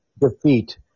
defeat